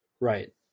Right